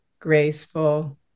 graceful